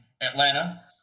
Atlanta